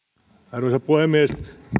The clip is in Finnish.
arvoisa puhemies